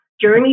Journey